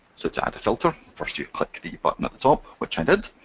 so to add a filter, first you click the button at the top, which i did,